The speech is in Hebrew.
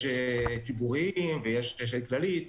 יש ציבוריים ויש של כללית,